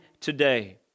today